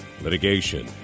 litigation